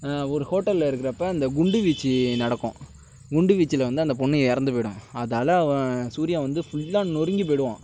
ஒரு ஹோட்டலில் இருக்கிறப்ப அந்த குண்டு வீச்சு நடக்கும் குண்டு வீச்சுல வந்து அந்த பொண்ணு இறந்து போய்டும் அதால சூர்யா வந்து ஃபுல்லாக நொறுங்கி போய்டுவான்